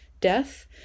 death